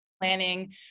planning